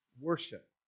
worship